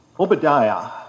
Obadiah